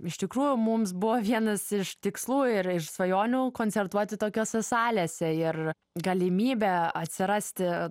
iš tikrųjų mums buvo vienas iš tikslų ir ir svajonių koncertuoti tokiose salėse ir galimybė atsirasti